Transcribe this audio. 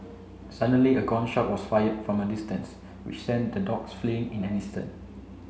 suddenly a gun shot was fired from a distance which sent the dogs fleeing in an instant